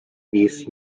mis